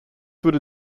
wurde